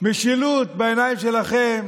משילות בעיניים שלכם